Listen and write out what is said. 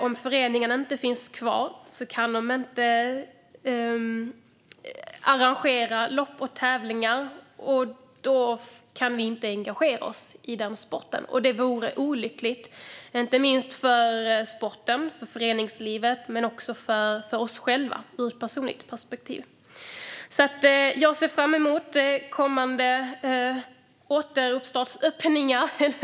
Om föreningarna inte finns kvar kan de inte arrangera lopp och tävlingar, och då kan vi inte engagera oss i dessa sporter. Det vore olyckligt, inte minst för sporten och för föreningslivet men också för oss själva ur ett personligt perspektiv. Jag ser fram emot kommande återöppningar.